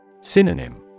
Synonym